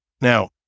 Now